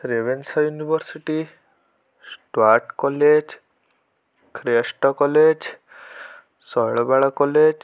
Ravenshaw University Stuart College Christ College Shailabala college